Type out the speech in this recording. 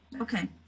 Okay